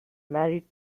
married